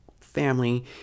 family